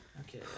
Okay